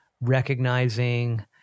recognizing